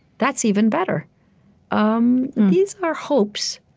that's even better um these are hopes,